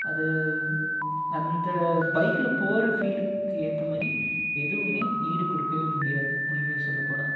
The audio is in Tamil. அது அந்த பைக்கில் போகிற ஃபீலுக்கு ஏற்ற மாதிரி எதுவுமே ஈடுக்கொடுக்கவே முடியாது உண்மையை சொல்லப்போனால்